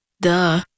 Duh